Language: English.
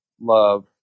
love